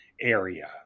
area